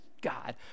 god